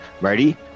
Ready